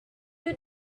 you